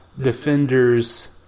Defenders